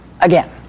again